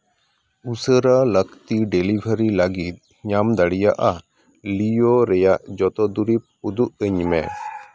ᱩᱥᱟᱹᱨᱟ ᱞᱟᱹᱠᱛᱤ ᱰᱮᱞᱤᱵᱷᱟᱨᱤ ᱞᱟᱹᱜᱤᱫ ᱧᱟᱢ ᱫᱟᱲᱮᱭᱟᱜᱼᱟ ᱞᱤᱭᱳ ᱨᱮᱭᱟᱜ ᱡᱚᱛᱚ ᱫᱩᱨᱤᱵ ᱩᱫᱩᱜ ᱟᱹᱧ ᱢᱮ